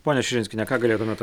ponia širinskiene ką galėtumėt